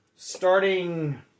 Starting